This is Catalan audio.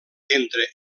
entre